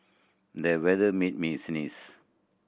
the weather made me sneeze